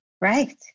right